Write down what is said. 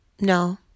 No